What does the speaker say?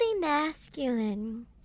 masculine